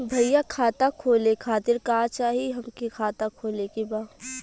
भईया खाता खोले खातिर का चाही हमके खाता खोले के बा?